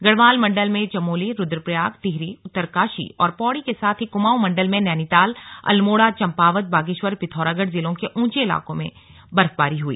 गढ़वाल मंडल में चमोली रुद्रप्रयाग टिहरी उत्तरकाशी और पौड़ी के साथ ही क्माऊं मंडल में नैनीताल अल्मोड़ा चंपावत बागेश्वर पिथौरागढ़ जिलों के ऊंचे इलाकों में बर्फबारी हुई